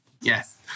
Yes